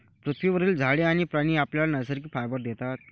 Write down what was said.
पृथ्वीवरील झाडे आणि प्राणी आपल्याला नैसर्गिक फायबर देतात